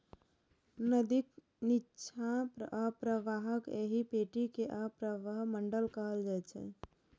नदीक निच्चा अवप्रवाहक एहि पेटी कें अवप्रवाह मंडल कहल जाइ छै